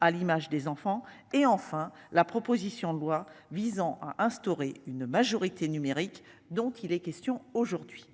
à l'image des enfants et enfin la proposition de loi visant à instaurer une majorité numérique dont il est question aujourd'hui.